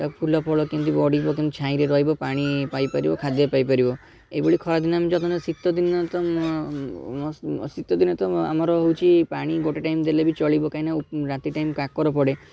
ତା' ଫୁଲ ଫଳ କେମିତି ବଢ଼ିବ କେମିତି ଛାଇରେ ରହିବ ପାଣି ପାଇପାରିବ ଖାଦ୍ୟ ପାଇପାରିବ ଏଭଳି ଖରାଦିନେ ଆମେ ଯତ୍ନ ନେବା ଶୀତଦିନେ ଶୀତଦିନେ ଆମର ହେଉଛି ପାଣି ଗୋଟେ ଟାଇମ୍ ଦେଲେ ବି ଚଳିବ କାହିଁକି ନା ରାତି ଟାଇମ୍ କାକର ପଡ଼େ